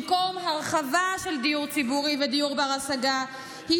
במקום הרחבה של דיור ציבורי ודיור בר-השגה היא